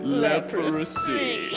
leprosy